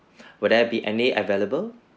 will there be any available